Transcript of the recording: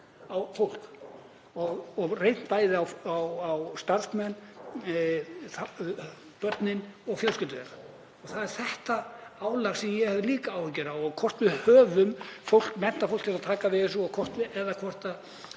á fólk og hefur reynt bæði á starfsmenn, börnin og fjölskyldur þeirra. Það er þetta álag sem ég hafði líka áhyggjur af og hvort við höfum menntað fólk til að taka við þessu